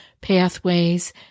pathways